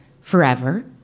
forever